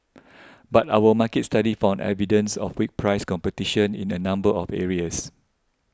but our market study found evidence of weak price competition in a number of areas